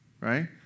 right